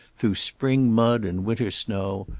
through spring mud and winter snow,